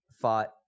fought